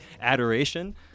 adoration